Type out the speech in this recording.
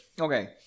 Okay